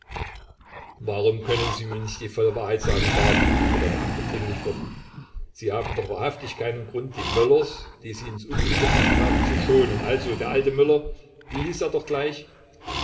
warum können sie mir nicht die volle wahrheit sagen barth fuhr der beamte dringlich fort sie haben doch wahrhaftig keinen grund die möllers die sie ins unglück gebracht haben zu schonen also der alte möller wie hieß er doch gleich